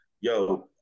yo